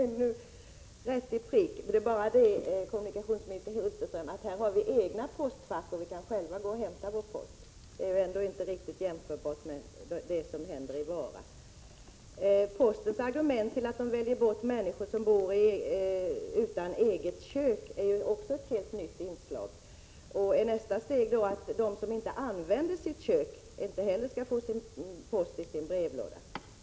Herr talman! Kommunikationsministerns kommentar var mitt i prick. Det är bara det att vi här har egna postfack, så att vi själva kan gå och hämta vår post, så förhållandena är ändå inte riktigt jämförbara med dem i Vara. Postens argument att välja bort människor som bor utan eget kök är ett helt nytt inslag. Är nästa steg då att inte heller de som inte använder sina kök skall få post i sin brevlåda?